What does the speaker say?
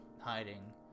hiding